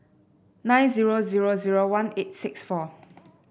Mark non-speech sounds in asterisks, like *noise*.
nine zero zero zero one eight six four *noise*